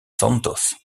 santos